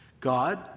God